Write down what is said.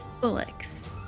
Bullocks